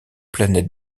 planète